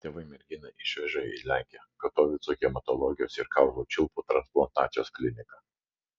tėvai merginą išvežė į lenkiją katovicų hematologijos ir kaulų čiulpų transplantacijos kliniką